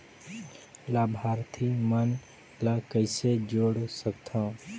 लाभार्थी मन ल कइसे जोड़ सकथव?